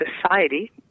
society